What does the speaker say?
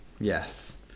Yes